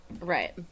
right